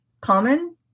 common